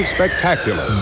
Spectacular